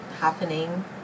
Happening